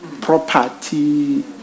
property